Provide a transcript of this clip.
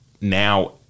now